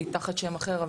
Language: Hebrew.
היא תחת שם אחר,